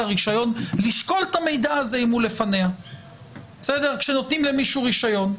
הרישיון לשקול את המידע הזה אם הוא לפניה כשנותנים למישהו רישיון.